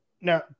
now